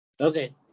Okay